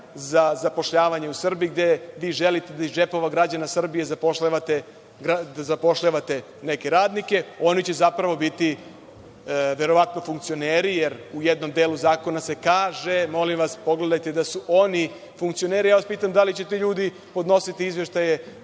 za zapošljavanje u Srbiji, gde vi želite da iz džepova građana Srbije zapošljavate neke radnike. Oni će zapravo biti verovatno funkcioneri, jer u jednom delu zakona se kaže, molim vas pogledajte, da su oni funkcioneri. Pitam vas – da li će ti ljudi podnositi izveštaje